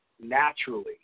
naturally